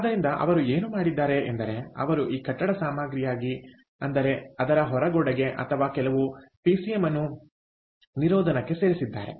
ಆದ್ದರಿಂದ ಅವರು ಏನು ಮಾಡಿದ್ದಾರೆ ಎಂದರೆ ಅವರು ಈ ಕಟ್ಟಡ ಸಾಮಗ್ರಿಯಾಗಿ ಅಂದರೆ ಅದರ ಹೊರಗೋಡೆಗೆ ಅವರು ಕೆಲವು ಪಿಸಿಎಂ ಅನ್ನು ನಿರೋಧನಕ್ಕೆ ಸೇರಿಸಿದ್ದಾರೆ